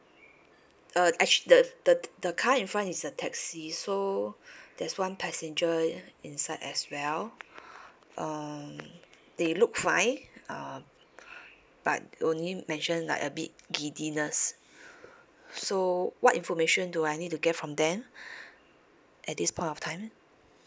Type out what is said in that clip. uh actually the the the car in front is a taxi so there's one passenger inside as well uh they look fine uh but only mention like a bit giddiness so what information do I need to get from them at this point of time